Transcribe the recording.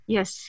Yes